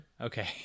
Okay